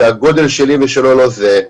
שהגודל שלי ושלו לא זהה.